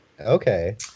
Okay